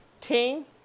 team